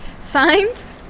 Signs